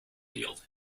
field